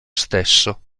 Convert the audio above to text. stesso